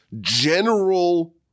general